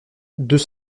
deux